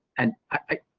and i,